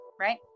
right